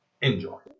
enjoy